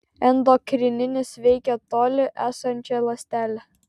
endokrininis veikia toli esančią ląstelę